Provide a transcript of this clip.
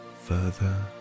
further